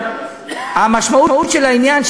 אבל המשמעות של העניין,